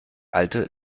alte